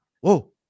whoa